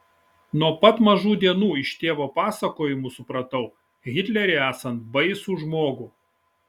nuo pat mažų dienų iš tėvo pasakojimų supratau hitlerį esant baisų žmogų